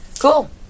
Cool